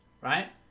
right